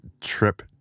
trip